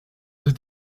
that